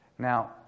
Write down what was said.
Now